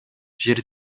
жер